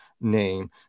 name